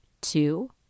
two